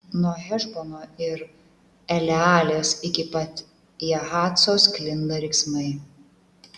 nuo hešbono ir elealės iki pat jahaco sklinda riksmai